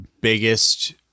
biggest